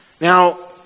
Now